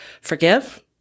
forgive